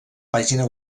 pàgina